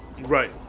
Right